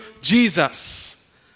Jesus